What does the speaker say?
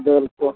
ᱫᱟᱹᱞ ᱠᱚ